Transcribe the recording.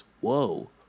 Whoa